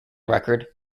record